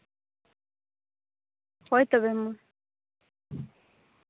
ᱦᱳᱭ ᱛᱚᱵᱮ ᱢᱟ